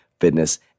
fitness